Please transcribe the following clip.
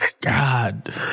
god